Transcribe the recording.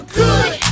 good